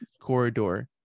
Corridor